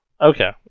Okay